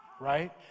right